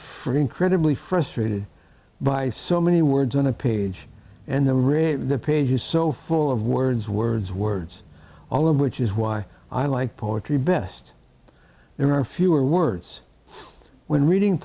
for incredibly frustrated by so many words on a page and the writ of the page is so full of words words words all of which is why i like poetry best there are fewer words when reading